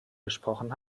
gesprochen